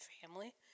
family